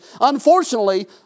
unfortunately